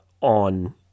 on